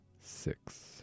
six